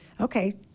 okay